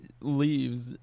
leaves